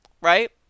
right